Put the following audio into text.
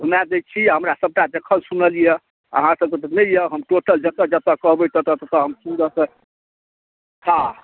घुमाय दै छी हमरा सभटा देखल सुनल यऽ अहाँ सभकऽ तऽ नहिये हम टोटल जतऽ जतऽ कहबै ततऽ ततऽ हम सुन्दरसँ हँ